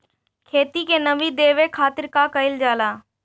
खेत के नामी देवे खातिर का कइल जाला?